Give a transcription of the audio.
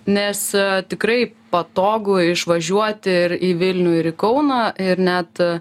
nes tikrai patogu išvažiuoti ir į vilnių ir į kauną ir net